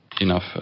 enough